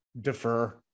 defer